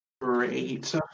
Great